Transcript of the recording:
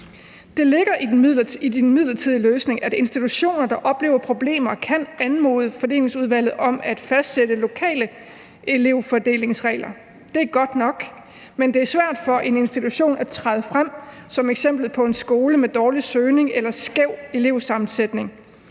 Det ligger i den midlertidige løsning, at institutioner, der oplever problemer, kan anmode fordelingsudvalget om at fastsætte lokale elevfordelingsregler. Det er godt nok. Men det er svært for en institution at træde frem som eksemplet på en skole med dårlig søgning eller skæv elevsammensætning.